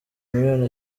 miliyoni